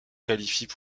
qualifient